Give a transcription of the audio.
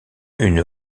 une